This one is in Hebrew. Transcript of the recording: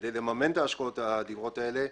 כדי לממן את ההשקעות האדירות האלה,